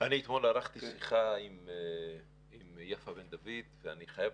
אתמול ערכתי שיחה עם יפה בן דוד ואני חייב